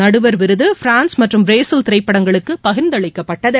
நடுவர் விருது பிரான்ஸ் மற்றும் பிரேசில் திரைப்படங்களுக்கு பகிர்ந்தளிக்கப்பட்டது